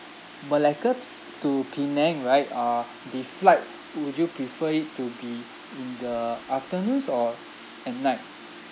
malacca t~ to penang right uh the flight would you prefer it to be in the afternoons or at night